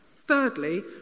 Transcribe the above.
Thirdly